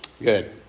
Good